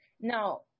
Now